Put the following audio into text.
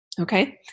Okay